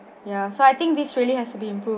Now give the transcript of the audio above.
ya so I think this really has to be improved